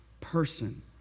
person